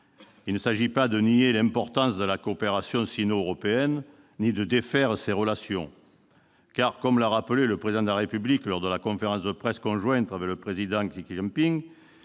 Il ne s'agit pas de nier l'importance de la coopération sino-européenne ni de défaire ces relations. En effet, comme l'a rappelé le Président de la République lors de la conférence de presse conjointe avec le Président Xi Jinping